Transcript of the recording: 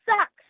sucks